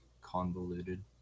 convoluted